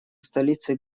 столицей